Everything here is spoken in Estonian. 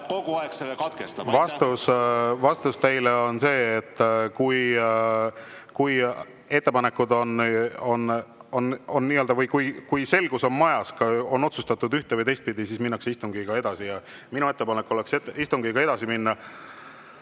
kogu aeg katkestab? Vastus teile on see, et kui ettepanekud on [hääletatud], kui selgus on majas, on otsustatud ühte- või teistpidi, siis minnakse istungiga edasi. Minu ettepanek oleks istungiga edasi